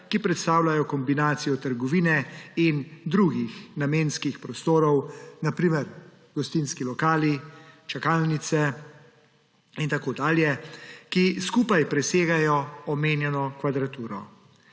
ki predstavljajo kombinacijo trgovine in drugih namenskih prostorov, na primer gostinski lokali, čakalnice in tako dalje, ki skupaj presegajo omenjeno kvadraturo.